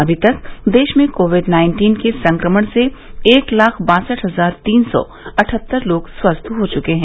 अभी तक देश में कोविड नाइन्टीन के संक्रमण से एक लाख बासठ हजार तीन सौ अठहत्तर लोग स्वस्थ हो चुके हैं